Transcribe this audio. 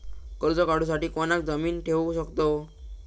कर्ज काढूसाठी कोणाक जामीन ठेवू शकतव?